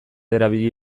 erabili